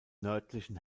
nördlichen